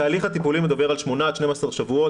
התהליך הטיפולי מדבר על שמונה עד 12 שבועות,